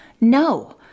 No